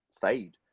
fade